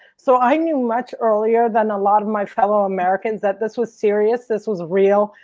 so i knew much earlier than a lot of my fellow americans that this was serious, this was real.